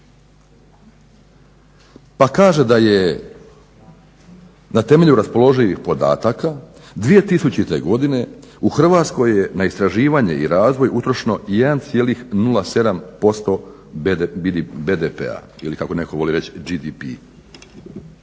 Pa kaže da je na temelju raspoloživih podataka 2000. godine u Hrvatskoj je na istraživanje i razvoj utrošeno 1,07% BDP-a, ili kako netko voli reći GDP-a.